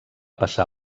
passar